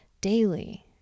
daily